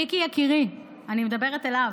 מיקי, מיקי יקירי, אני מדברת אליו.